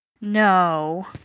No